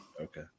Okay